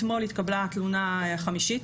אתמול התקבלה התלונה החמישית.